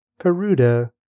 Peruda